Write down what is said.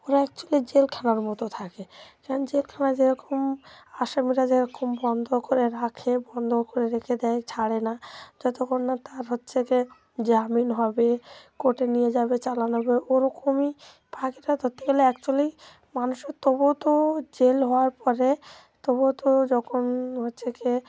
ওরা অ্যাকচুয়ালি জেলখানার মতো থাকে কারণ জেলখানায় যেরকম আসামিরা যেরকম বন্ধ করে রাখে বন্ধ করে রেখে দেয় ছাড়ে না যতক্ষণ না তার হচ্ছে কী জামিন হবে কোর্টে নিয়ে যাবে চালান হবে ওরকমই পাখিরা তো দেখতে গেলে অ্যাকচুয়ালি মানুষের তবুও তো জেল হওয়ার পরে তবুও তো যখন হচ্ছে কী